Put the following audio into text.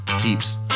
keeps